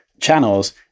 channels